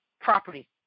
property